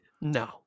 No